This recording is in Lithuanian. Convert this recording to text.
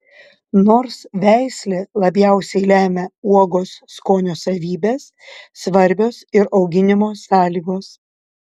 nors veislė labiausiai lemia uogos skonio savybes svarbios ir auginimo sąlygos